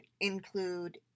include